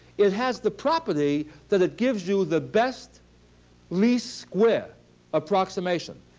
it has the property that it gives you the best least square approximation.